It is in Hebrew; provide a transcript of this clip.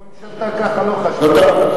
לא, ממשלתה לא חשבה ככה.